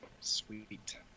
Sweet